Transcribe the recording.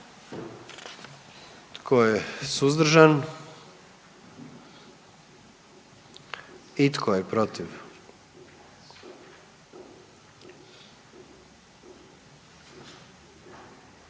Tko je suzdržan? I tko je protiv?